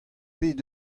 pet